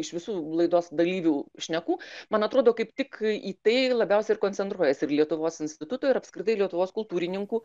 iš visų laidos dalyvių šnekų man atrodo kaip tik į tai ir labiausia ir koncentruojasi ir lietuvos instituto ir apskritai lietuvos kultūrininkų